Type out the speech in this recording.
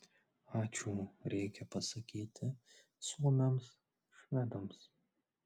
ačiū reikia pasakyti suomiams švedams